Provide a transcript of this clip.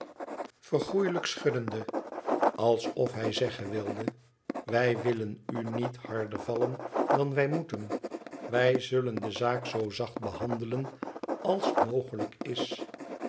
vergoelijkend schuddende alsof hij zeggen wilde t wij willen u niet harder vallen dan wij moeten wij zullen de zaak zoo zacht behandelen als mogelijk is